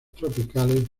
tropicales